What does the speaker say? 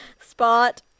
spot